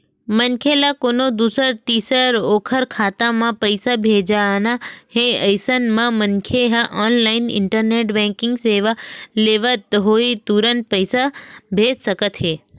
मनखे ल कोनो दूसर तीर ओखर खाता म पइसा भेजना हे अइसन म मनखे ह ऑनलाइन इंटरनेट बेंकिंग सेवा लेवत होय तुरते भेज सकत हे